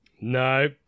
No